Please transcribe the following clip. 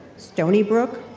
stony brook,